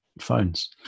phones